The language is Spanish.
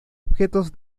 objetos